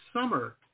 summer